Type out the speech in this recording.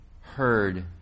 heard